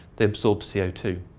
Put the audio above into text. they absorb c o two.